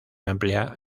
amplia